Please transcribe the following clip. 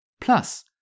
plus